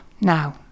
now